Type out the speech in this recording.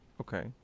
Okay